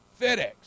fedex